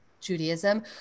Judaism